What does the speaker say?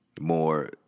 more